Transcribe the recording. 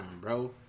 bro